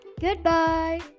Goodbye